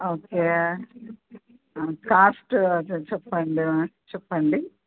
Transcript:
okay cost అది చెప్పండి చెప్పండి